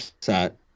set